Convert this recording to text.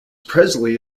presley